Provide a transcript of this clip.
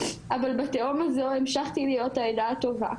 אבל בתהום הזו המשכתי להיות העדה הטובה,